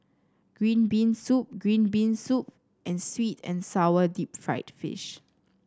green been soup green been soup and sweet and sour Deep Fried Fish